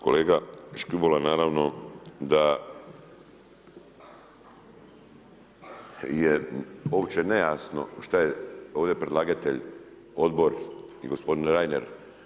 Kolega Škibola, naravno da je uopće nejasno što je ovdje predlagatelj, Odbor i gospodin Reiner.